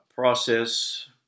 process